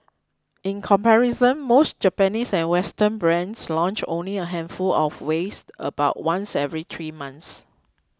in comparison most Japanese and Western brands launch only a handful of wares about once every three months